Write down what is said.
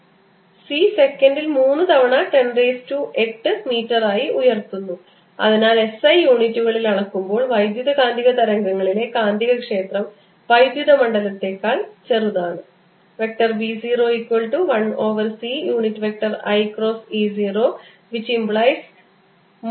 c സെക്കൻഡിൽ 3 തവണ 10 raised to 8 മീറ്ററായി ഉയർത്തുന്നു അതിനാൽ S I യൂണിറ്റുകളിൽ അളക്കുമ്പോൾ വൈദ്യുതകാന്തിക തരംഗത്തിലെ കാന്തികക്ഷേത്രം വൈദ്യുത മണ്ഡലത്തേക്കാൾ വളരെ ചെറുതാണ്